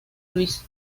luis